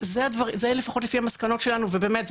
לפחות לפי המסקנות שלנו ובאמת,